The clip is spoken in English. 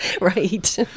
right